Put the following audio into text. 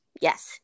Yes